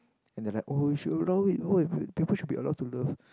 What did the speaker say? and they're like oh we should allow it oh pe~ people should be allowed to love